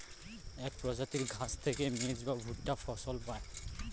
এক প্রজাতির ঘাস থেকে মেজ বা ভুট্টা ফসল পায়